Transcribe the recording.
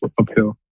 uphill